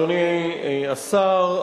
אדוני השר,